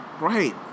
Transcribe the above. Right